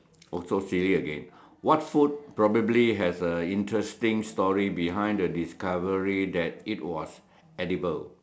also silly again what food probably has a interesting story behind the discovery that it was edible